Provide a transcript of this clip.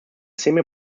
semi